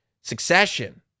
succession